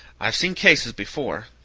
i've seen cases before.